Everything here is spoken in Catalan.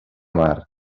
mar